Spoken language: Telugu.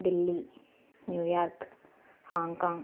Delhi New York Hong Kong